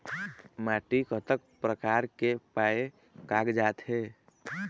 माटी कतक प्रकार के पाये कागजात हे?